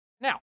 now